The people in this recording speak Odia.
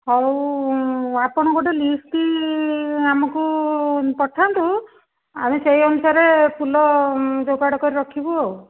ହଉ ଆପଣ ଗୋଟେ ଲିଷ୍ଟ ଆମକୁ ପଠାନ୍ତୁ ଆମେ ସେହି ଅନୁସାରେ ଫୁଲ ଯୋଗାଡ଼ କରିକି ରଖିବୁ ଆଉ